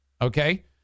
Okay